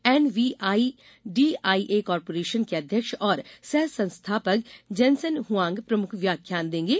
NVIDIA corporation के अध्यक्ष और सह संस्थापक जेन्सेन हुआंग प्रमुख व्याख्यान देंगे